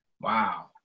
Wow